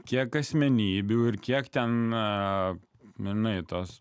kiek asmenybių ir kiek ten na minėtos